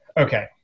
Okay